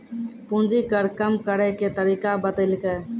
पूंजी कर कम करैय के तरीका बतैलकै